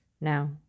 now